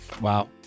Wow